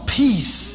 peace